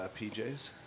PJs